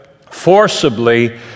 forcibly